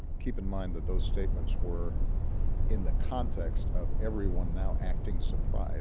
keep in mind that those statements were in the context of everyone now acting surprised